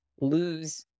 lose